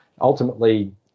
ultimately